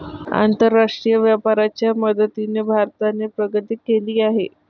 आंतरराष्ट्रीय व्यापाराच्या मदतीने भारताने प्रगती केली आहे